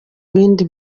bindi